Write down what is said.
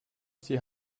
sie